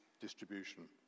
distribution